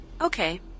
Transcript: Okay